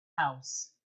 house